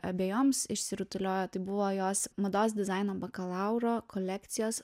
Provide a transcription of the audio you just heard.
abejoms išsirutuliojo tai buvo jos mados dizaino bakalauro kolekcijos